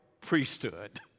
priesthood